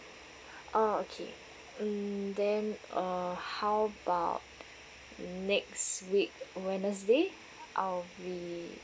ah okay um then uh how about next week wednesday I will be